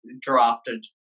drafted